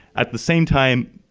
at the same time,